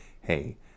hey